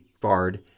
Bard